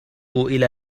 إلى